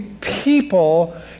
people